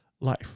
life